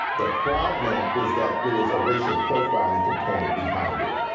the problem was that there was a racial profiling component behind it.